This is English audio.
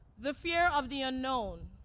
the fear of the unknown,